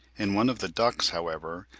in one of the ducks, however,